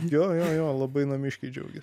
jo jo jo labai namiškiai džiaugėsi